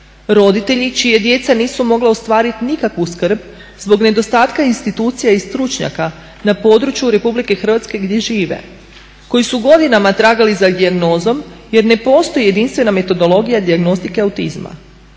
roditelji čija djeca nisu mogla ostvariti nikakvu skrb zbog nedostatka institucija i stručnjaka na području Republike Hrvatske gdje žive, koji su godinama tragali za dijagnozom jer ne postoji jedinstvena metodologija dijagnostike autizma.